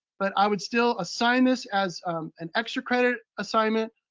but i would still assign this as an extra credit assignment,